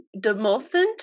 demulsant